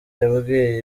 yabwiye